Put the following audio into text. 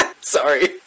Sorry